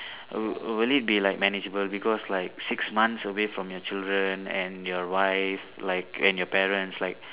will will it be like manageable because like six months away from your children and your wife like and your parents like